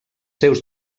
seus